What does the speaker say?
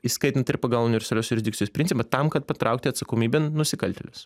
įskaitant ir pagal universalios jurisdikcijos principą tam kad patraukti atsakomybėn nusikaltėlius